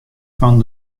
fan